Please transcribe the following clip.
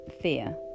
Fear